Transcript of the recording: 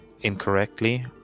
incorrectly